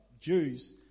Jews